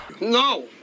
no